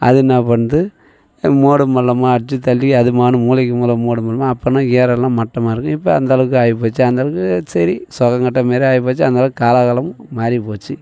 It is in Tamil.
அது என்ன பண்ணுது மேடும் பள்ளமாக அடித்து தள்ளி அதுமானு மூலைக்கு மூலை மேடு பள்ளமாக அப்பன்னா ஏறெல்லாம் மட்டமாக இருக்கும் இப்போ அந்த அளவுக்கு ஆகிப்போச்சு அந்த அளவுக்கு சரி சோகம் காட்டுறா மாதிரி ஆகிப்போச்சி அந்த அளவுக்கு காலா காலமும் மாறிப்போச்சி